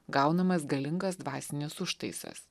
gaunamas galingas dvasinis užtaisas